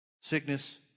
Sickness